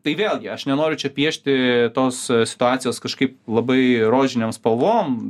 tai vėlgi aš nenoriu čia piešti tos situacijos kažkaip labai rožinėm spalvom